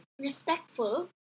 respectful